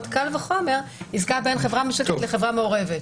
קל וחומר עסקה בין חברה ממשלתית לחברה מעורבת.